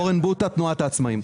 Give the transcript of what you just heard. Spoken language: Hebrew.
שמי אורן בוטא, תנועת העצמאים.